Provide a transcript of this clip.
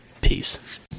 Peace